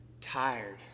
tired